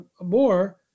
more